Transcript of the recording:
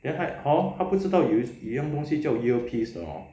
then 还 hor 他不知道有一样东西叫 earpiece 的 hor